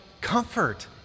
comfort